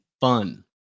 fun